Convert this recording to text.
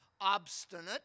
obstinate